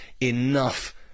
enough